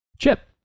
chip